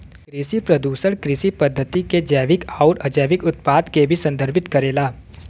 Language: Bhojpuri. कृषि प्रदूषण कृषि पद्धति क जैविक आउर अजैविक उत्पाद के भी संदर्भित करेला